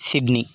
Sydney